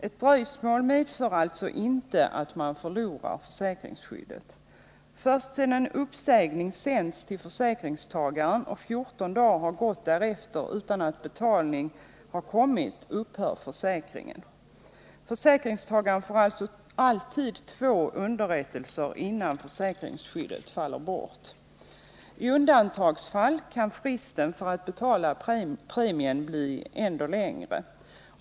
Ett dröjsmål medför alltså inte att man förlorar. Nr 56 försäkringsskyddet. Först sedan en uppsägning sänts till försäkringstagaren Tisdagen den och 14 dagar har gått därefter utan att betalning har kommit upphör 18 december 1979 försäkringen. Försäkringstagaren får alltså alltid två underrättelser innan försäkringsskyddet faller bort. I undantagsfall kan fristen för att betala premien bli längre.